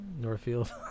Northfield